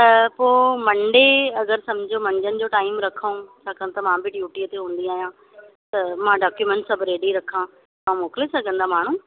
त पोइ मंडे अगरि सम्झो मंझनि जो टाईम रखूं छाकाणि त मां बि ड्यूटीअ ते हूंदी आहियां त मां डाक्यूमेंट सभु रेडी रखां तव्हां मोकिले सघंदा माण्हू